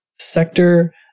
sector